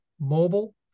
Mobile